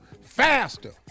Faster